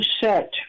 set